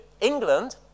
England